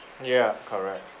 ya correct